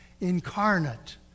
incarnate